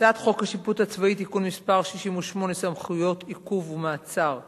הצעת חוק השיפוט הצבאי (תיקון מס' 68) (סמכויות מעצר ועיכוב)